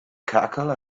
cackle